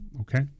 Okay